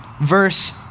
Verse